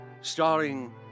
Starring